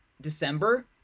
December